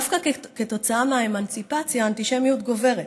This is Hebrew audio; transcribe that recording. דווקא כתוצאה מהאמנציפציה האנטישמיות גוברת.